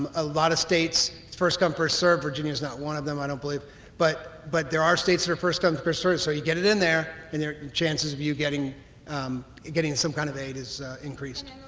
a lot of states first come first serve. virginia is not one of them i don't believe but but there are states that are first come first serve so you get it in there and their chances of you getting getting some kind of aid is increased.